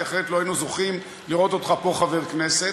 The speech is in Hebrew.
כי אחרת לא היינו זוכים לראות אותך פה חבר כנסת,